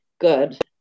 good